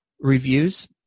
reviews